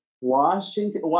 Washington